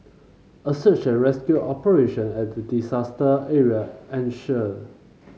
a search and rescue operation at the disaster area ensued